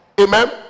Amen